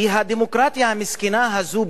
כי הדמוקרטיה המסכנה הזאת,